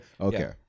okay